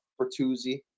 Bertuzzi